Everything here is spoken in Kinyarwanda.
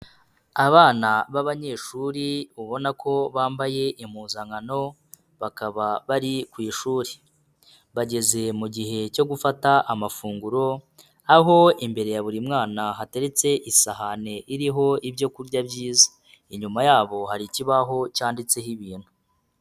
Abana b'abanyeshuri ubona ko bambaye impuzankano, bakaba bari ku ishuri. Bageze mu gihe cyo gufata amafunguro, aho imbere ya buri mwana hateretse isahane iriho ibyo kurya byiza. Inyuma yabo hari ikibaho cyanditseho ibintu.